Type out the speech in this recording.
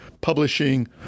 publishing